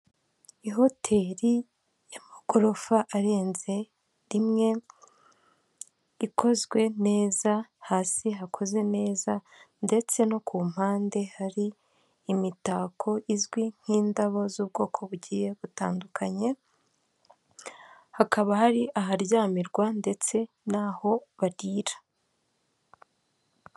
Ihoteri y'amagorofa arenze rimwe, ikozwe neza hasi hakoze neza ndetse no ku mpande hari imitako izwi nk'indabo z'ubwoko bugiye butandukanye, hakaba hari aharyamirwa ndetse n'aho barira.